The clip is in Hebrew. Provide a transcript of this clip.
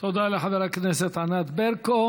תודה לחברת הכנסת ענת ברקו.